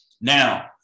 Now